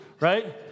right